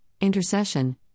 intercession